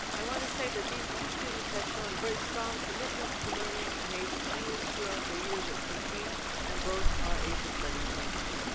i want to say that these two students have shown a very strong commitment to learning an asian language throughout their years at cc and both are asian studies majors.